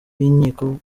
b’inkiko